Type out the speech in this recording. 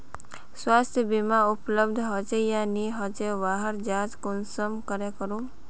स्वास्थ्य बीमा उपलब्ध होचे या नी होचे वहार जाँच कुंसम करे करूम?